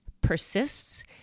persists